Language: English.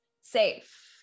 safe